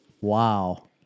Wow